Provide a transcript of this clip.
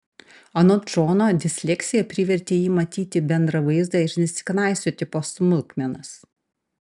anot džono disleksija privertė jį matyti bendrą vaizdą ir nesiknaisioti po smulkmenas